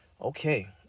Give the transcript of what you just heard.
okay